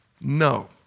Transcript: No